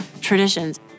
traditions